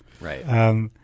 Right